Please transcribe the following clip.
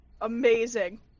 Amazing